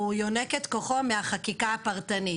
הוא יונק את כוחו מהחקיקה הפרטנית.